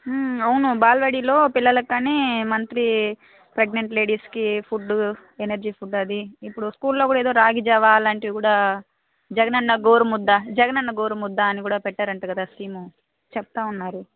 అవును బాల బడిలో పిల్లలకు కానీ మంత్లీ ప్రెగ్నేట్ లేడీస్కి ఫుడ్డు ఎనర్జీ ఫుడ్ అది ఇపుడు స్కూల్లో కూడా ఎదో రాగి జావా అలాంటివి కూడా జగనన్న గోరుముద్ద జగనన్న గోరుముద్ద అని కూడ పెట్టారంట కదా స్కీము చెప్తా ఉన్నారు